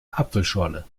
apfelschorle